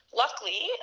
luckily